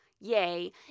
Yay